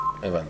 הבנתי.